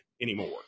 anymore